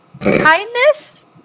Kindness